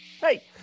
Hey